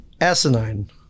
asinine